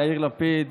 יאיר לפיד,